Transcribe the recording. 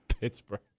Pittsburgh